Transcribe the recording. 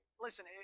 Listen